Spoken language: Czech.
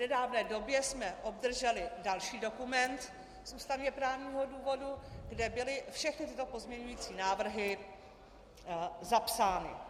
V nedávné době jsme obdrželi další dokument z ústavněprávního výboru, kde byly všechny tyto pozměňující návrhy zapsány.